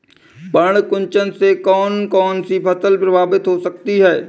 पर्ण कुंचन से कौन कौन सी फसल प्रभावित हो सकती है?